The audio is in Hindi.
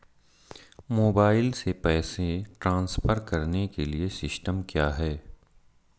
मोबाइल से पैसे ट्रांसफर करने के लिए सिस्टम क्या है?